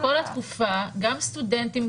הכנסנו לאורך כל התקופה גם סטודנטים,